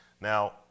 Now